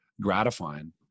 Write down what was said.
gratifying